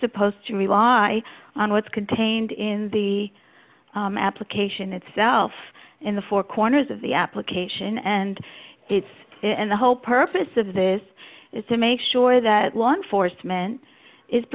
supposed to rely on what's contained in the application itself in the four corners of the application and it's and the whole purpose of this is to make sure that law enforcement is